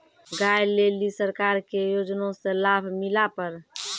गाय ले ली सरकार के योजना से लाभ मिला पर?